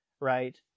right